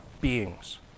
beings